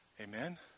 Amen